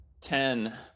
Ten